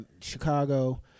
Chicago